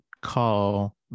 call